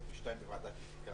לצאת לוועדת האתיקה.